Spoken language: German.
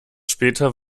später